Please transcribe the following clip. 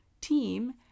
team